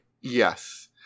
Yes